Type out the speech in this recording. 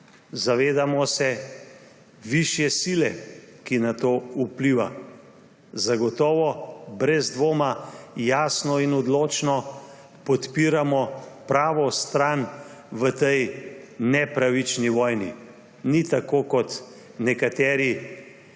Zavedamo se višje sile, ki na to vpliva. Zagotovo brez dvoma jasno in odločno podpiramo pravo stran v tej nepravični vojni. Ni tako, kot nekateri